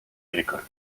agricole